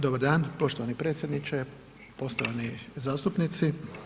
Dobar dan poštovani predsjedniče, poštovani zastupnici.